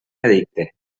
edicte